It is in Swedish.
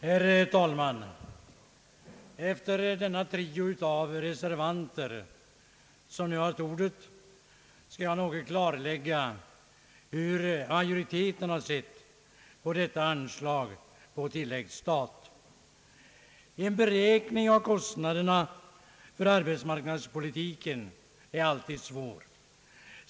Herr talman! Efter den trio av reservanter som nu haft ordet, skall jag något klarlägga hur majoriteten har sett på detta anslag på tilläggsstat. En beräkning av kostnaderna för arhbetsmarknadspolitiken är alltid svår.